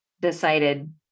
decided